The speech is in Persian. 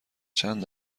چند